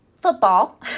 football